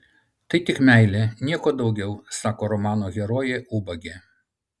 tai tik meilė nieko daugiau sako romano herojė ubagė